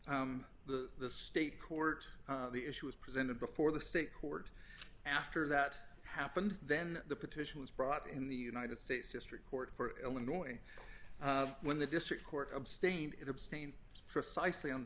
again the the state court the issue was presented before the state court after that happened then the petition was brought in the united states district court for illinois when the district court abstained it abstained precisely on the